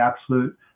absolute